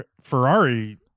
Ferrari